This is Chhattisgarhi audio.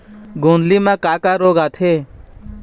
गोंदली म का का रोग आथे?